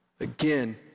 again